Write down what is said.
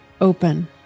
open